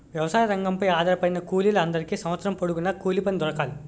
వ్యవసాయ రంగంపై ఆధారపడిన కూలీల అందరికీ సంవత్సరం పొడుగున కూలిపని దొరకాలి